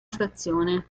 stazione